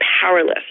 powerless